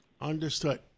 Understood